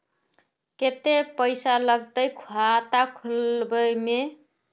केते पैसा लगते खाता खुलबे में?